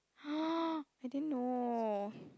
I didn't know